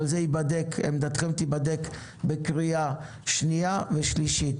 אבל עמדתכם תיבדק בקריאה שנייה ושלישית.